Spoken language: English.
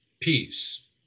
peace